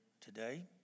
today